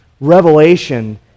revelation